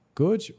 good